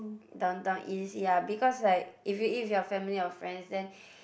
Downtown-East ya because like if you eat with your family or friends then